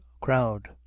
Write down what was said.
crowd